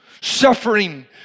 suffering